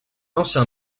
ancien